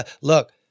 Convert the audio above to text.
Look